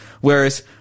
Whereas